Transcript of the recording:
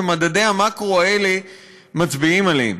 שמדדי המקרו האלה מצביעים עליהם.